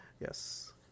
Yes